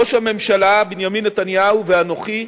ראש הממשלה בנימין נתניהו ואנוכי,